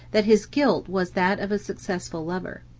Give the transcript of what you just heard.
that his guilt was that of a successful lover.